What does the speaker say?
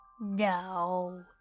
No